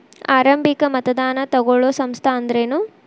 ಆರಂಭಿಕ್ ಮತದಾನಾ ತಗೋಳೋ ಸಂಸ್ಥಾ ಅಂದ್ರೇನು?